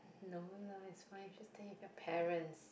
no lah it's fine you should stay with your parents